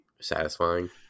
satisfying